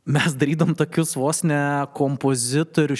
mes darydavom tokius vos ne kompozitorių